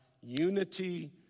unity